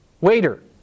Waiter